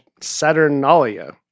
Saturnalia